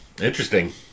Interesting